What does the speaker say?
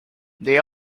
they